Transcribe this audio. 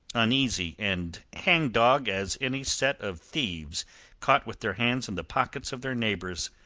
uneasy, and hangdog as any set of thieves caught with their hands in the pockets of their neighbours.